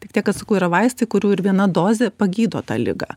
tik tiek kad sakau yra vaistai kurių ir viena dozė pagydo tą ligą